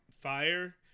fire